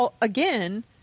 again